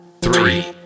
three